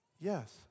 Yes